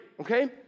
okay